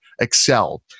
excel